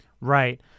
right